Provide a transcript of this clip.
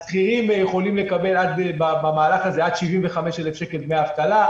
השכירים יכולים לקבל במהלך הזה עד 75,000 שקלים דמי אבטלה.